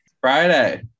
friday